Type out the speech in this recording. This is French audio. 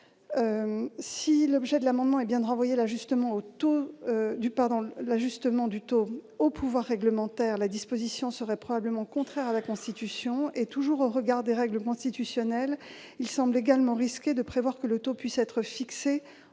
Si l'objet de l'amendement est bien de renvoyer l'ajustement du taux au pouvoir réglementaire, la disposition serait probablement contraire à la Constitution. Enfin, toujours au regard des règles constitutionnelles, il semble également risqué de prévoir que le taux puisse être fixé